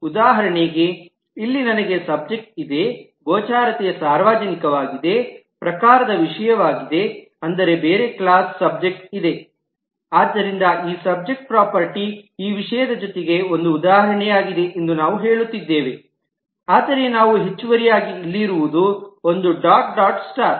ಉದಾಹರಣೆಗೆ ಇಲ್ಲಿ ನನಗೆ ಸಬ್ಜೆಕ್ಟ್ ಇದೆ ಗೋಚರತೆ ಸಾರ್ವಜನಿಕವಾಗಿದೆ ಪ್ರಕಾರದ ವಿಷಯವಾಗಿದೆ ಅಂದರೆ ಬೇರೆ ಕ್ಲಾಸ್ ಸಬ್ಜೆಕ್ಟ್ ಇದೆಆದ್ದರಿಂದ ಈ ಸಬ್ಜೆಕ್ಟ್ ಪ್ರಾಪರ್ಟೀ ಈ ವಿಷಯದ ಜೊತೆಗೆ ಒಂದು ಉದಾಹರಣೆಯಾಗಿದೆ ಎಂದು ನಾವು ಹೇಳುತ್ತಿದ್ದೇವೆಆದರೆ ನಾವು ಹೆಚ್ಚುವರಿಯಾಗಿ ಇಲ್ಲಿರುವುದು ಒಂದು ಡಾಟ್ ಡಾಟ್ ಸ್ಟಾರ್